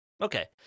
Okay